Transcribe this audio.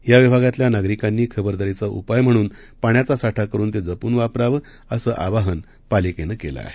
या विभागातल्या नागरिकांनी खबरदारीचा उपाय म्हणून पाण्याचा साठा करुन ते जपून वापरावं असं आवाहन पालिकेनं केलं आहे